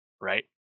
right